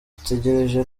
dutegereje